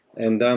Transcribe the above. and, um